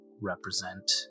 represent